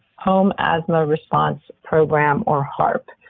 home asthma response program, or harp.